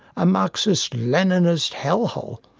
a marxist-leninist hell hole.